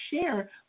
share